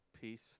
Peace